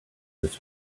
this